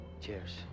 cheers